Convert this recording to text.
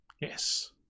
Yes